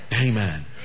Amen